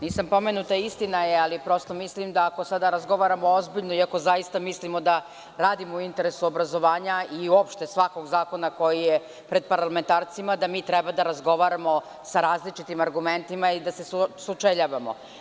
Nisam pomenuta, istina je, ali prosto mislim da ako sada razgovaramo ozbiljno i ako zaista mislimo da radimo u interesu obrazovanja i uopšte svakog zakona koji je pred parlamentarcima, da mi treba da razgovaramo sa različitim argumentima i da se sučeljavamo.